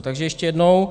Takže ještě jednou.